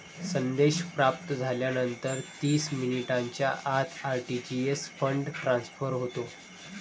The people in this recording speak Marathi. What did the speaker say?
संदेश प्राप्त झाल्यानंतर तीस मिनिटांच्या आत आर.टी.जी.एस फंड ट्रान्सफर होते